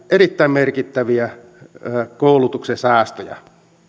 erittäin merkittäviä koulutuksen säästöjä